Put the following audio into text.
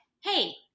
hey